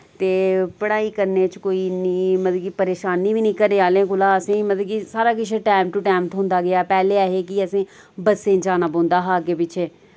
ते पढाई करने च कोई इन्नी मतलब कि परेशानी बी नि घरै आह्लें कोला असें मतलब कि सारा किश टैम टू टैम थ्होंदा गेआ पैह्ले है हे कि असें बस्सें जाना पौंदा हा अग्गें पिच्छें